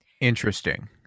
interesting